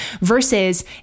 versus